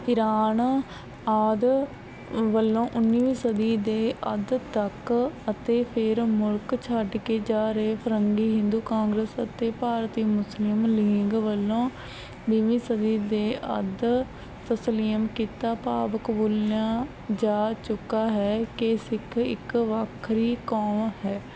Iran ਆਦਿ ਵੱਲੋਂ ਉੱਨੀਵੀਂ ਸਦੀ ਦੇ ਅੱਧ ਤੱਕ ਅਤੇ ਫਿਰ ਮੁਲਕ ਛੱਡ ਕੇ ਜਾ ਰਹੇ ਫਰੰਗੀ ਹਿੰਦੂ ਕਾਂਗਰਸ ਅਤੇ ਭਾਰਤੀ ਮੁਸਲਿਮ ਲੀਂਗ ਵੱਲੋਂ ਵੀਹਵੀਂ ਸਦੀ ਦੇ ਅੱਧ ਤਸਲੀਮ ਕੀਤਾ ਭਾਵ ਕਬੂਲਿਆ ਜਾ ਚੁੱਕਾ ਹੈ ਕਿ ਸਿੱਖ ਇੱਕ ਵੱਖਰੀ ਕੌਮ ਹੈ